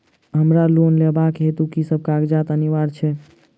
हमरा लोन लेबाक हेतु की सब कागजात अनिवार्य छैक?